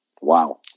Wow